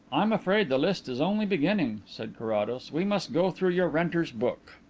i am afraid the list is only beginning, said carrados. we must go through your renters' book.